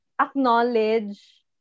acknowledge